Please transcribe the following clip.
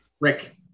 Rick